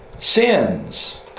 sins